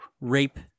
rape